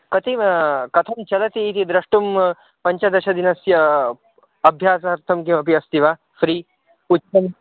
कति कथं चलति इति दृष्टुं पञ्चदशदिनस्य अभ्यासार्थं किमपि अस्ति वा फ़्री उचितम्